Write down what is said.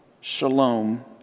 shalom